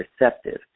receptive